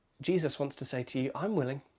jesus wants to say to you, i'm willing.